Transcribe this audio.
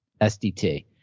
SDT